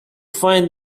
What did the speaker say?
find